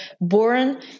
born